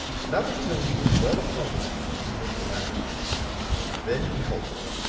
not until he was well upon the two did he make them out then he halted,